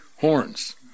horns